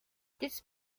this